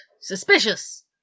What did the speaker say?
Suspicious